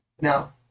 now